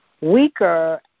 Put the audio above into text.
weaker